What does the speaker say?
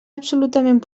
absolutament